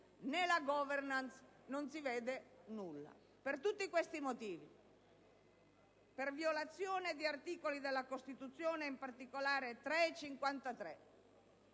né la *governance*: non si vede alcunché. Per tutti questi motivi, per violazione di articoli della Costituzione, ed in particolare degli